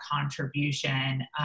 contribution